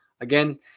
Again